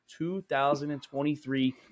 2023